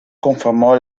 conformó